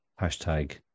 hashtag